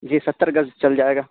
جی ستر گز چل جائے گا